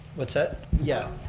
what's that? yeah,